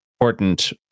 important